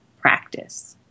practice